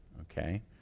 okay